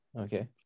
okay